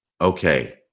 Okay